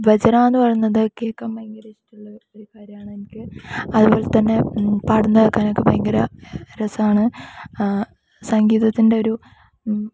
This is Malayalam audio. ഭജന എന്നു പറയുന്ന ന്താ കേൾക്കാൻ ഭയങ്കര ഇഷ്ടമുള്ള ഒരു കാര്യമാണ് എനിക്ക് അതുപോലെ തന്നെ പാടുന്ന കേൾക്കാനൊക്കെ ഭയങ്കര രസമാണ് സംഗീതത്തിൻ്റെ ഒരുപാട്